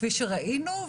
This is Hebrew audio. כפי שראינו,